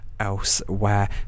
elsewhere